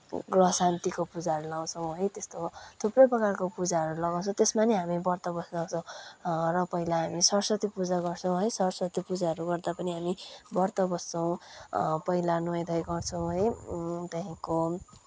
ग्रहशान्तिको पूजाहरू लाउछौँ है त्यस्तो थुप्रै प्रकारको पूजाहरू लगाउँछौँ त्यसमा पनि हामी व्रत बस्नुपर्छ र पहिला हामी स्वरसती पूजाहरू गर्छौँ है स्वरसती पूजाहरू गर्दा पनि हामी व्रत बस्छौँ पहिला नुहाइ धुवाइ गर्छौँ है त्यहाँदेखिको